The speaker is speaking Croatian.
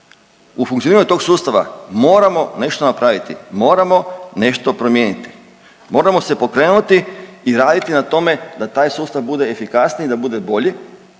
u funkcioniranju tog sustava, moramo nešto napraviti, moramo nešto promijeniti, moramo se pokrenuti i raditi na tome da taj sustav bude efikasniji, da bude bolji,